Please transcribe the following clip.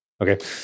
Okay